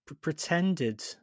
pretended